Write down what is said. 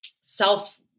self